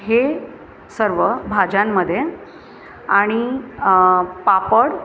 हे सर्व भाज्यांमध्ये आणि पापड